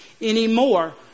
anymore